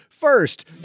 first